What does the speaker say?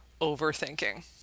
overthinking